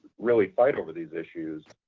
really fight over these issues